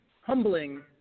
humbling